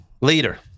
Leader